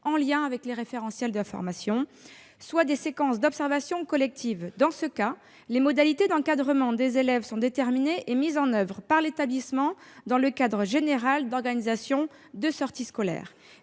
en lien avec les référentiels de formation, soit des séquences d'observation collective. Dans ce cas, les modalités d'encadrement des élèves sont déterminées et mises en oeuvre par l'établissement dans le cadre général d'organisations de sorties scolaires.